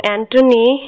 Anthony